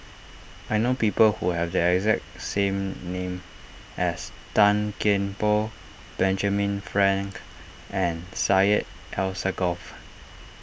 I know people who have the exact same name as Tan Kian Por Benjamin Frank and Syed Alsagoff